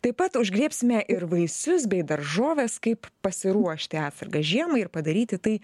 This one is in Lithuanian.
taip pat užgriebsime ir vaisius bei daržoves kaip pasiruošti atsargas žiemai ir padaryti tai